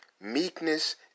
meekness